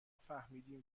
فهمیدیم